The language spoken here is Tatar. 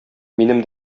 минем